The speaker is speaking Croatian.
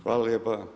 Hvala lijepo.